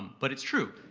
but it's true.